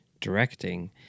directing